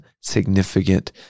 significant